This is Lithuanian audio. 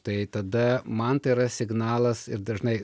tai tada man tai yra signalas ir dažnai